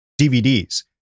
DVDs